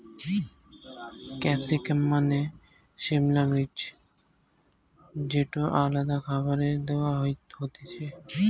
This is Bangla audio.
ক্যাপসিকাম মানে সিমলা মির্চ যেটো আলাদা খাবারে দেয়া হতিছে